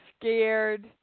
scared